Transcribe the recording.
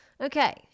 Okay